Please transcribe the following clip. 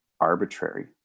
arbitrary